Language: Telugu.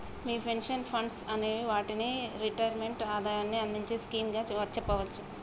మీ పెన్షన్ ఫండ్స్ అనే వాటిని రిటైర్మెంట్ ఆదాయాన్ని అందించే స్కీమ్ గా చెప్పవచ్చు